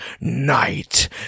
Night